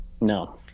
No